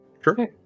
Sure